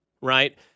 Right